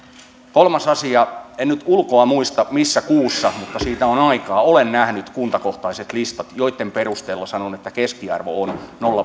kolmas asia en nyt ulkoa muista missä kuussa mutta siitä on aikaa kun olen nähnyt kuntakohtaiset listat joitten perusteella sanon että keskiarvo on nolla